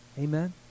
Amen